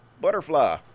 butterfly